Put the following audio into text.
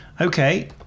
Okay